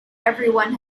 everyone